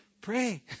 Pray